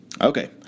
Okay